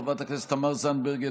חברת הכנסת תמר זנדברג,